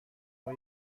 های